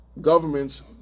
governments